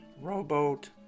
rowboat